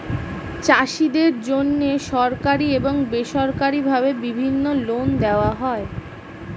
চাষীদের জন্যে সরকারি এবং বেসরকারি ভাবে বিভিন্ন লোন দেওয়া হয়